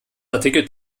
artikel